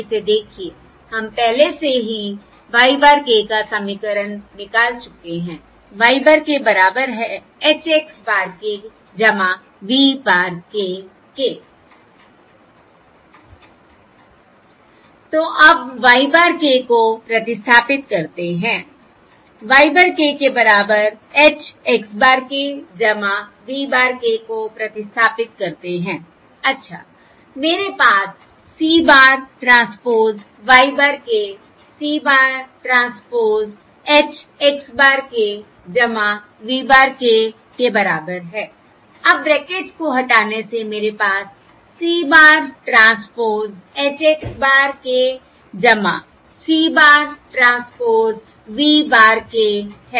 इसे देखिए हम पहले से ही y bar k का समीकरण निकाल चुके हैं y bar k बराबर है H x bar k v bar k के I तो अब y bar k को प्रतिस्थापित करते हैं y bar k के बराबर h x bar k v bar k को प्रतिस्थापित करते हैं I अच्छा मेरे पास C bar transpose y bar k C bar transpose H x bar k v bar k के बराबर है Iअब ब्रैकेट्स को हटाने से मेरे पास C bar transpose H x bar k C bar transpose v bar k है